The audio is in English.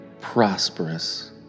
prosperous